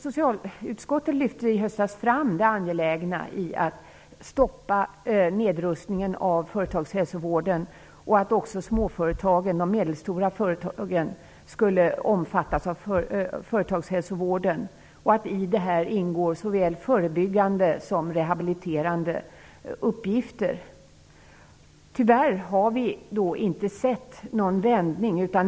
Socialutskottet lyfte i höstas fram det angelägna i att stoppa nedrustningen av företagshälsovården och det angelägna i att också de små och medelstora företagen omfattas av företagshälsovården. Den skulle ha såväl förebyggande som rehabiliterande uppgifter. Tyvärr har vi inte sett någon vändning.